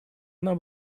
она